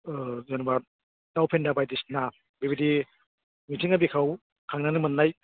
जेनेबा दाउ फेन्दा बायदिसिना बेबायदि मिथिंगा बिखायाव थांनानै मोननाय